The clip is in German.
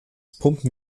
pumpen